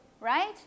right